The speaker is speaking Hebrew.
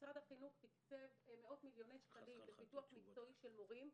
משרד החינוך תקצב מאות מיליוני שקלים לפיתוח מקצועי של מורים.